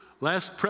Last